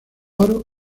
oro